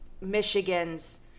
Michigan's